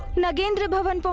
nagendrabhavan. but